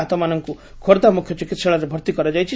ଆହତମାନଙ୍କୁ ଖୋର୍ବ୍ଧା ମୁଖ୍ୟ ଚିକିହାଳୟରେ ଭର୍ତି କରାଯାଇଛି